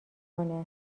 کنه